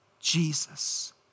Jesus